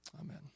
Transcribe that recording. Amen